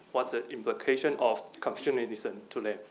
what's the implication of confucianism today?